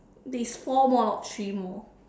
there is four more not three more